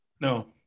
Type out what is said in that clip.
No